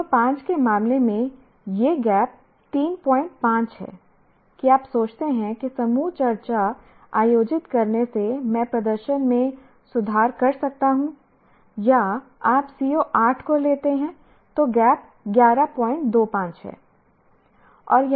CO5 के मामले में यह गैप 35 है कि आप सोचते हैं कि समूह चर्चा आयोजित करने से मैं प्रदर्शन में सुधार कर सकता हूं या आप CO8 को लेते हैं तो गैप 1125 है